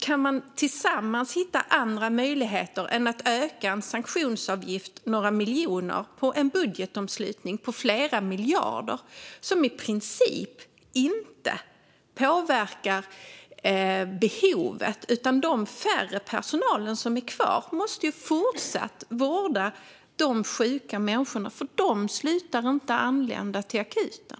Kan man tillsammans se andra möjligheter än att öka en sanktionsavgift med några miljoner på en budgetomslutning på flera miljarder? Det påverkar i princip inte behovet. Färre i personalen måste fortfarande vårda de sjuka, som inte slutar anlända till akuten.